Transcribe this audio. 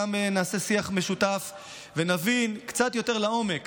גם נעשה שיח משותף ונבין קצת יותר לעומק